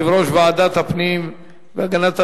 יושב-ראש ועדת הפנים והגנת הסביבה,